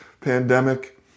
pandemic